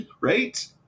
Right